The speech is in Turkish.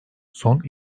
son